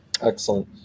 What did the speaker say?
excellent